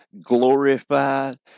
glorified